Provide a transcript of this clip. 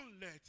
let